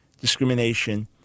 discrimination